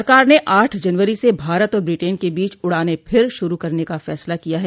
सरकार ने आठ जनवरी से भारत और ब्रिटेन के बीच उड़ाने फिर शुरू करने का फैसला किया है